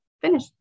Finish